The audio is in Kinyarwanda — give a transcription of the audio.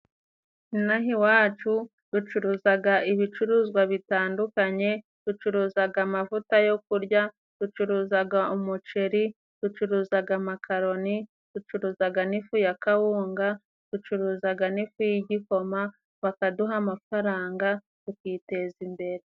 Ino aha iwacu ducuruzaga ibicuruzwa bitandukanye, ducuruzaga amavuta yo kurya, ducuruzaga umuceri, ducuruzaga amakaroni, ducuruzaga n'ifu ya Kawunga, ducuruzaga n'ifu y'igikoma, bakaduha amafaranga tukiteza imbere.